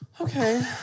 Okay